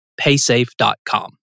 paysafe.com